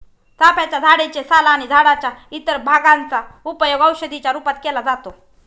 चाफ्याच्या झाडे चे साल आणि झाडाच्या इतर भागांचा उपयोग औषधी च्या रूपात केला जातो